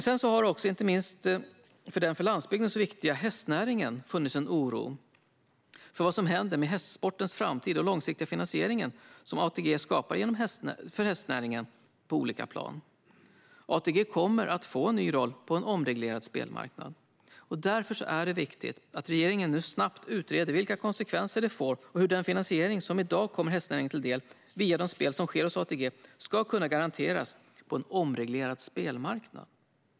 Sedan har det också, inte minst i den för landsbygden så viktiga hästnäringen, funnits en oro för vad som händer med hästsportens framtid och den långsiktiga finansiering som ATG skapar för hästnäringen. ATG kommer att få en ny roll på en omreglerad spelmarknad. Därför är det viktigt att regeringen nu snabbt utreder vilka konsekvenser omregleringen får och hur den finansiering som i dag kommer hästnäringen till del via de spel som sker hos ATG ska kunna garanteras på en omreglerad spelmarknad.